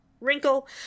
wrinkle